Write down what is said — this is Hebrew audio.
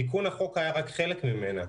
ותיקון החוק היה רק חלק ממנה.